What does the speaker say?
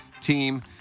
team